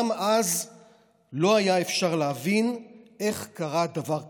גם אז לא היה אפשר להבין איך קרה דבר כזה,